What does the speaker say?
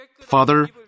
Father